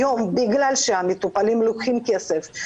היום בגלל שהמטופלים לוקחים כסף,